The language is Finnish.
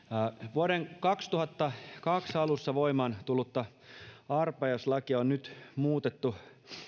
vuoden kaksituhattakaksi alussa voimaan tullutta arpajaislakia on nyt muutettu